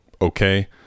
okay